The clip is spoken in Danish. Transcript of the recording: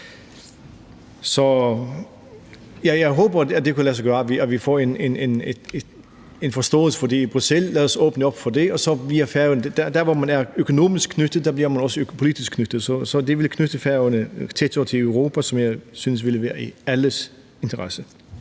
Jeg håber, det kan lade sig gøre, at vi får en forståelse for det i Bruxelles, så lad os åbne op for det. Dertil, hvor man er økonomisk knyttet, bliver man også politisk knyttet, så det vil knytte Færøerne tættere til Europa, hvilket jeg synes ville være i alles interesse,